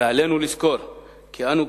ועלינו לזכור כי אנו,